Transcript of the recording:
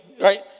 right